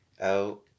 out